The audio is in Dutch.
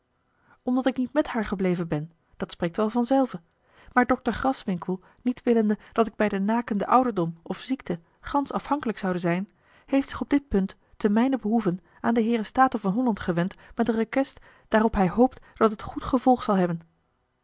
omdat ik niet met haar gebleven ben dat spreekt wel van zelve maar dokter graswinckel niet willende dat ik bij den nakenden ouderdom of ziekte gansch afhankelijk zoude zijn heeft zich op dit punt te mijnen behoeve aan de heeren staten van holland gewend met een request daarop hij hoopt dat het goed gevolg zal hebben